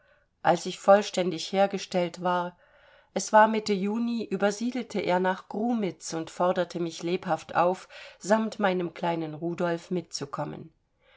als ich vollständig hergestellt war es war mitte juni übersiedelte er nach grumitz und forderte mich lebhaft auf samt meinem kleinen rudolf mitzukommen